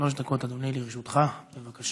שלוש דקות, אדוני, לרשותך, בבקשה.